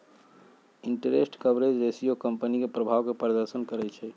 interest coverage ratio company के प्रभाव के प्रदर्शन करइ छै